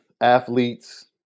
athletes